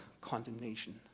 condemnation